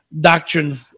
doctrine